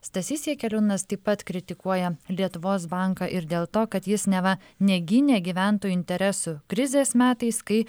stasys jakeliūnas taip pat kritikuoja lietuvos banką ir dėl to kad jis neva negynė gyventojų interesų krizės metais kai